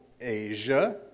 asia